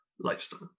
lifestyle